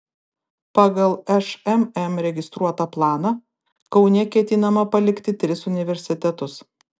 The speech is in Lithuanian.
pagal šmm registruotą planą kaune ketinama palikti tris universitetus